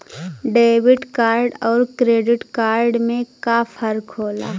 Debit card अउर credit card में का फर्क होला?